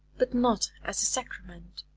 but not as a sacrament.